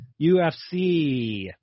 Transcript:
UFC